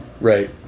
right